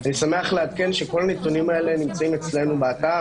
אני שמח לעדכן שכל הנתונים האלה נמצאים אצלנו באתר,